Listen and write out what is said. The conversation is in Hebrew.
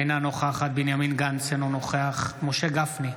אינה נוכחת בנימין גנץ, אינו נוכח משה גפני,